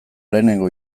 lehenengo